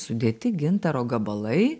sudėti gintaro gabalai